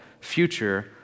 future